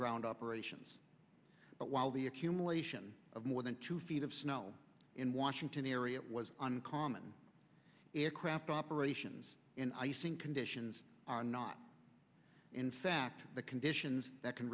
ground operations but while the accumulation of more than two feet of snow in washington area was on common aircraft operations and icing conditions are not in fact the conditions that can